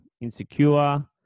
insecure